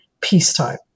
peacetime